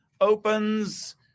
opens